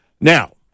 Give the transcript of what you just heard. now